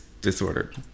disordered